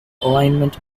alignment